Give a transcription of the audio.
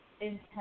intense